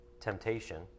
temptation